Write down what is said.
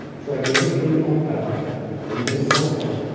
so, i gave him the ping pong paddle and the ping pong ball,